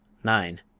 nine.